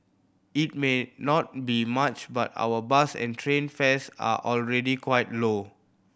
it may not be much but our bus and train fares are already quite low